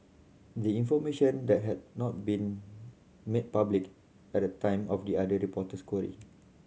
the information that had not been made public at the time of the other reporter's query